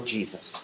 Jesus